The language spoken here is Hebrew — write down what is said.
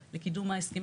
אני מנסה להסביר.